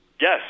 Yes